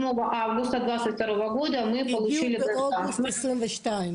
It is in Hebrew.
הם הגיעו באוגוסט 22'.